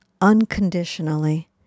unconditionally